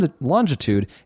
longitude